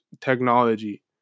technology